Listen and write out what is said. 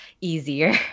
easier